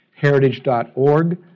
heritage.org